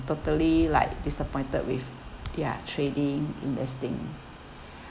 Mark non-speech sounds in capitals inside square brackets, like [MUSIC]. totally like disappointed with [NOISE] ya trading investing